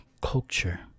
culture